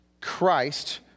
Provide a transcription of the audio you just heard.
Christ